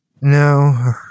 no